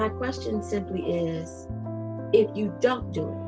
um question simply is if you don't do